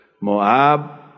Moab